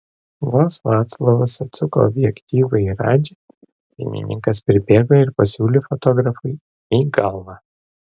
vos vaclovas atsuko objektyvą į radžį dainininkas pribėgo ir pasiūlė fotografui į galvą